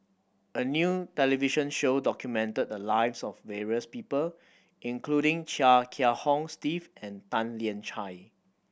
a new television show documented the lives of various people including Chia Kiah Hong Steve and Tan Lian Chye